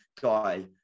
guy